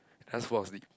can't full of sleep